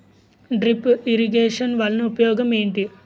drip irrigation వలన ఉపయోగం ఏంటి